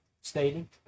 stating